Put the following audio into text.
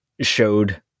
showed